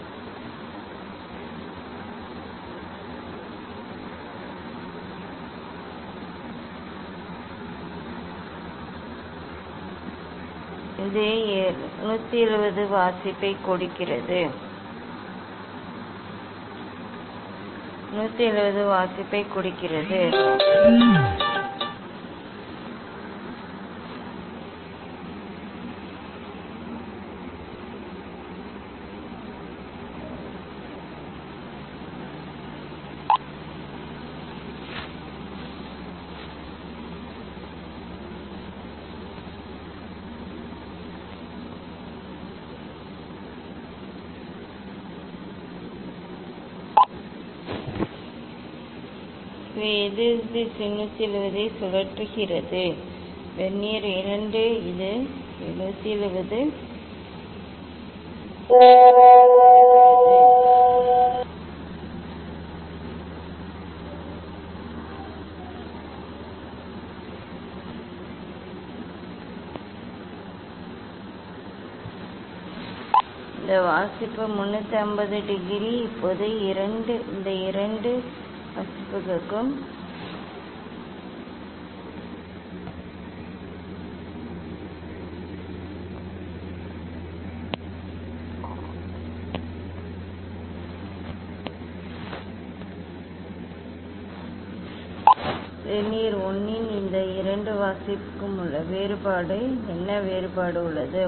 vernier 2 இது 170 வாசிப்பைக் கொடுக்கிறது இந்த வாசிப்பு 350 டிகிரி இப்போது இந்த இரண்டு வாசிப்புக்கும் வித்தியாசம் வெர்னியர் 1 இன் இந்த இரண்டு வாசிப்புக்கும் உள்ள வேறுபாடு என்ன வேறுபாடு உள்ளது